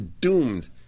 doomed